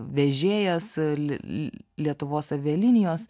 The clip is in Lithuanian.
vežėjas e l l lietuvos avialinijos